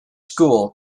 school